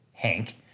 Hank